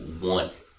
want